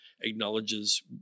acknowledges